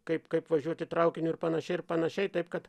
kaip kaip važiuoti traukiniu ir panašiai ir panašiai taip kad